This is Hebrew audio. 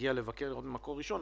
אגיע לבקר ממקור ראשון בקרוב,